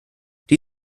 die